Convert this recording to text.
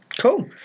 cool